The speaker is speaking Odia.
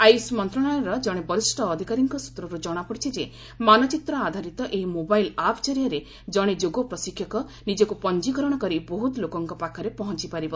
ଆୟୁଷ ମନ୍ତ୍ରଣାଳୟର ଜଣେ ବରିଷ୍ଠ ଅଧିକାରୀଙ୍କ ସ୍ବତ୍ରରୁ କ୍ଷଣାପଡିଛି ଯେ ମାନଚିତ୍ର ଆଧାରିତ ଏହି ମୋବାଇଲ ଆପ୍ ଜରିଆରେ ଜଣେ ଯୋଗ ପ୍ରଶିକ୍ଷକ ନିଜକୁ ପଞ୍ଜିକରଣ କରି ବହୁତ ଲୋକଙ୍କ ପାଖରେ ପହଞ୍ଚପାରିବ